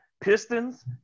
Pistons